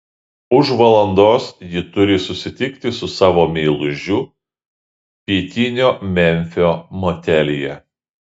už valandos ji turi susitikti su savo meilužiu pietinio memfio motelyje